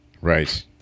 Right